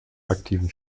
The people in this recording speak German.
aktiven